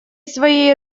своей